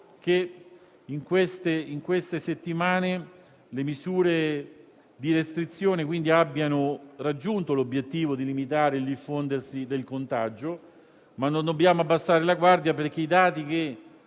che nelle ultime settimane le misure di restrizione abbiano raggiunto l'obiettivo di limitare il diffondersi del contagio, ma non dobbiamo abbassare la guardia: i dati che